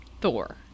Thor